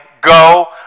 go